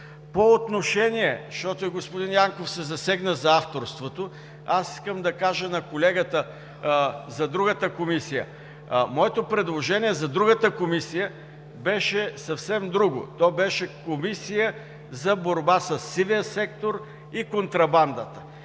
Понеже господин Янков се засегна за авторството, искам да кажа на колегата за другата комисия – моето предложение за другата комисия беше съвсем друго. То беше за Комисия за борба със сивия сектор и контрабандата.